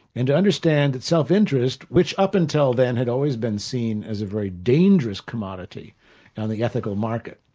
and to understand that self-interest, which up until then had always been seen as a very dangerous commodity on the ethical market,